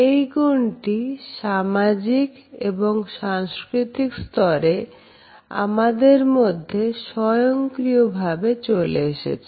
এই গুণটি সামাজিক এবং সাংস্কৃতিক স্তরে আমাদের মধ্যে স্বয়ংক্রিয়ভাবে চলে এসেছে